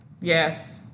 Yes